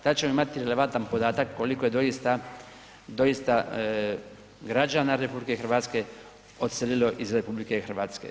Tad ćemo imati relevantan podatak koliko je doista, doista građana RH odselilo iz RH.